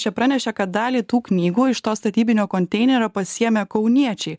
čia pranešė kad dalį tų knygų iš to statybinio konteinerio pasiėmė kauniečiai